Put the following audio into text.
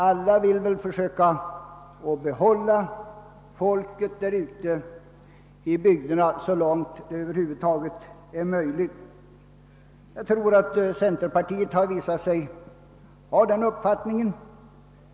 Alla vill väl försöka behålla männi skorna kvar ute i bygderna så långt det Över huvud taget är möjligt. Centerpartiet har också givit uttryck för att det har denna uppfattning.